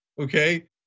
okay